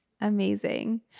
Amazing